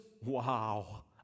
wow